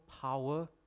power